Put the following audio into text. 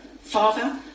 Father